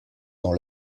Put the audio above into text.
dans